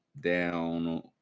down